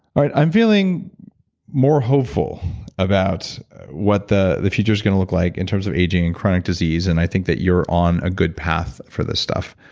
i'm feeling more hopeful about what the the future is going to look like in terms of aging and chronic disease. and i think that you're on a good path for this stuff.